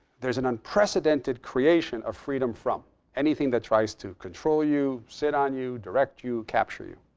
there's an unprecedented creation of freedom from anything that tries to control you, sit on you, direct you, capture you.